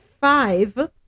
five